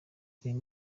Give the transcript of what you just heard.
uyu